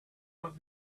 but